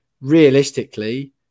Realistically